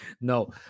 No